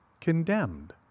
condemned